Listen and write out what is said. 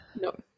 no